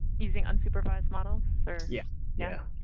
using unsupervised model, sir? yeah yeah.